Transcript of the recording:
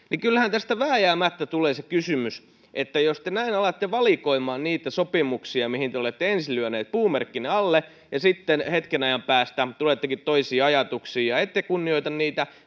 kyllähän tästä vääjäämättä tulee se kysymys jos te näin alatte valikoimaan niitä sopimuksia mihin te olette ensin lyöneet puumerkkinne alle ja sitten hetken ajan päästä tulettekin toisiin ajatuksiin ja ette kunnioita niitä